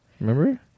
remember